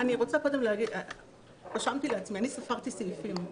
ספרתי סעיפים.